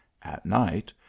at night,